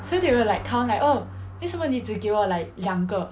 so they will like count like oh 为什么妳只给我两个